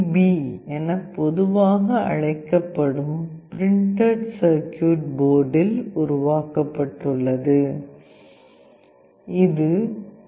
B என பொதுவாக அழைக்கப்படும் பிரிண்டட் சர்க்யூட் போர்டில் உருவாக்கப்பட்டுள்ளது இது பி